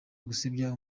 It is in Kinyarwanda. gusebya